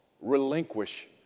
relinquish